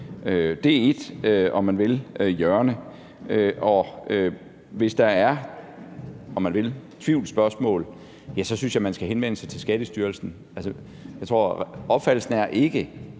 Det er ét, om man vil, hjørne. Hvis der er tvivlsspørgsmål, synes jeg, man skal henvende sig til Skattestyrelsen. Jeg tror, at opfattelsen ikke